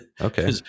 Okay